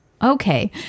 Okay